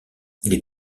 les